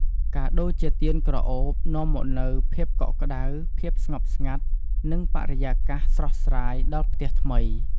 កាដូរជាទៀនក្រអូបនាំមកនូវ ភាពកក់ក្តៅ ភាពស្ងប់ស្ងាត់ និង បរិយាកាសស្រស់ស្រាយ ដល់ផ្ទះថ្មី។